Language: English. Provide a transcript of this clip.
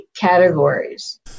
categories